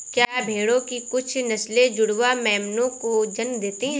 क्या भेड़ों की कुछ नस्लें जुड़वा मेमनों को जन्म देती हैं?